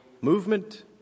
movement